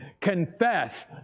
Confess